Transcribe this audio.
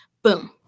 Boom